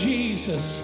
Jesus